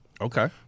Okay